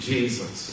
Jesus